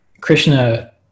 Krishna